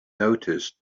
noticed